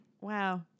Wow